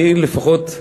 אני, לפחות,